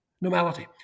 Normality